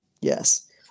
Yes